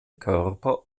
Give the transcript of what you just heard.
körper